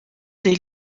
des